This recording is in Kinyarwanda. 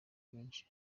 benshi